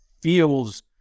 feels